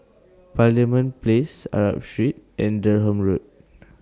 Parliament Place Arab Street and Durham Road